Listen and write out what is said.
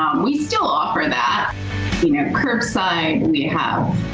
we still offer that in a sign and we have.